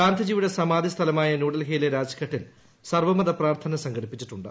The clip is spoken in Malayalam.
ഗാന്ധിജിയുടെ സ്കാർഡി സ്ഥലമായ ന്യൂഡൽഹിയിലെ രാജ്ഘട്ടിൽ സർവ്വമൃത് പ്രാർത്ഥന സംഘടിപ്പിച്ചിട്ടുണ്ട്